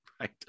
right